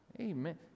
Amen